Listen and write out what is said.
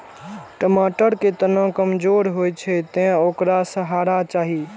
टमाटर के तना कमजोर होइ छै, तें ओकरा सहारा चाही